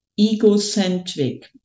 egocentric